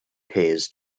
pays